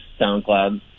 SoundCloud